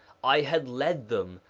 i had led them,